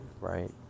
right